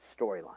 storyline